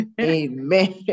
Amen